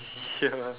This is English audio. here